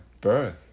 birth